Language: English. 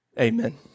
Amen